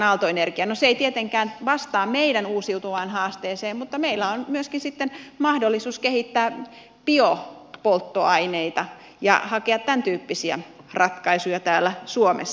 no se ei tietenkään vastaa meidän uusiutuvien haasteeseemme mutta meillä on myöskin sitten mahdollisuus kehittää biopolttoaineita ja hakea tämäntyyppisiä ratkaisuja täällä suomessa